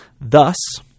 Thus